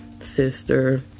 sister